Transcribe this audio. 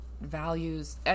values